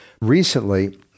Recently